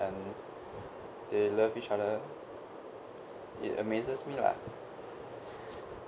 they love each other it amazes me lah